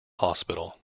hospital